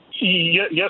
Yes